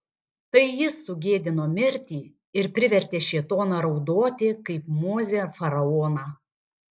tai jis sugėdino mirtį ir privertė šėtoną raudoti kaip mozė faraoną